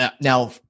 Now